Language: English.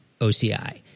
OCI